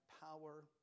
power